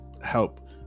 help